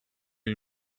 you